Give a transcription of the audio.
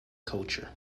culture